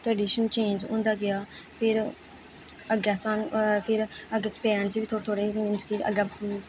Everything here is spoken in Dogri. ट्रडिशन चेंज होंदा गेआ फिर अग्गें सानूं फिर अग्गें पैरेंटस बी थोह्ड़े थोह्ड़े मींस कि अग्गें